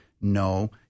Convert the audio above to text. No